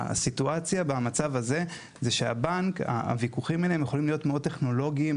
הסיטואציה במצב הזה היא שהוויכוחים האלה יכולים להיות מאוד טכנולוגיים,